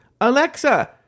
Alexa